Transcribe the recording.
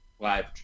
live